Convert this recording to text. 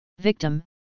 Victim